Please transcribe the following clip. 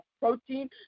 protein